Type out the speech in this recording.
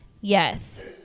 Yes